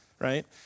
right